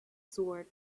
sword